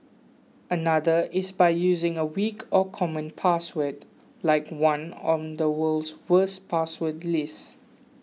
another is by using a weak or common password like one on the world's worst password list